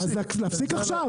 אז להפסיק עכשיו,